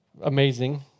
amazing